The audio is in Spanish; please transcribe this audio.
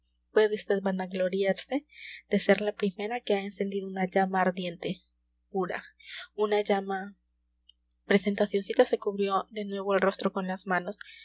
puede vd vanagloriarse de ser la primera que ha encendido una llama ardiente pura una llama presentacioncita se cubrió de nuevo el rostro con las manos